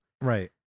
Right